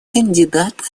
кандидата